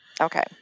Okay